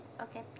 Okay